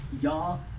y'all